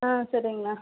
ஆ சரிங்கண்ணா